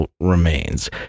remains